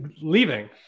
leaving